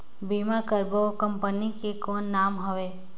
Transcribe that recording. बीमा करबो ओ कंपनी के कौन नाम हवे?